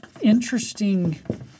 interesting